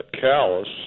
callus